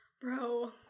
Bro